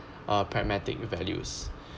uh pragmatic values